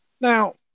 Now